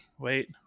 wait